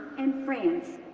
and france,